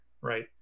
right